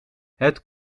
het